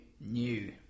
New